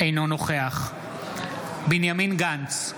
אינו נוכח בנימין גנץ,